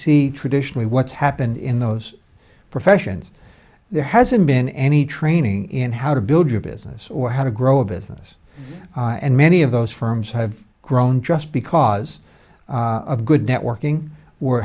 see traditionally what's happened in those professions there hasn't been any training in how to build your business or how to grow a business and many of those firms have grown just because of good networking